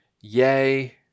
yay